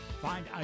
Find